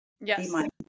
Yes